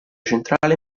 centrale